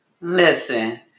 Listen